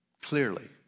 Clearly